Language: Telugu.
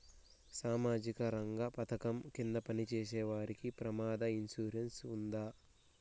సామాజిక రంగ పథకం కింద పని చేసేవారికి ప్రమాద ఇన్సూరెన్సు ఉందా?